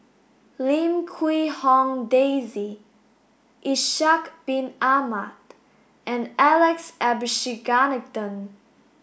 Lim Quee Hong Daisy Ishak bin Ahmad and Alex Abisheganaden